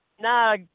No